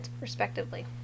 respectively